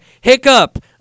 hiccup